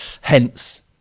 hence